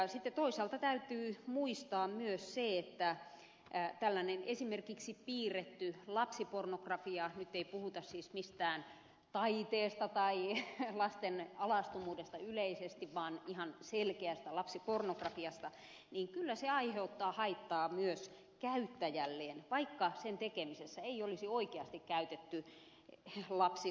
sitten toisaalta täytyy muistaa myös se että tällainen esimerkiksi piirretty lapsipornografia nyt ei puhuta siis mistään taiteesta tai lasten alastomuudesta yleisesti vaan ihan selkeästä lapsipornografiasta aiheuttaa kyllä haittaa myös käyttäjälleen vaikka sen tekemisessä ei olisi oikeasti käytetty lapsiuhria